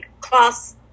class